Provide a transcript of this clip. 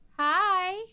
Hi